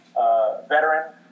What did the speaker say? Veteran